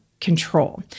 control